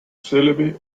целями